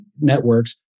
networks